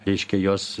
reiškia jos